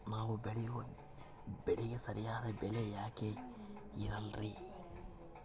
ನಾವು ಬೆಳೆಯುವ ಬೆಳೆಗೆ ಸರಿಯಾದ ಬೆಲೆ ಯಾಕೆ ಇರಲ್ಲಾರಿ?